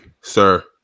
sir